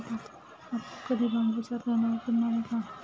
आपण कधी बांबूचा पेला वापरला आहे का?